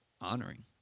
honoring